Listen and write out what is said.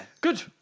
Good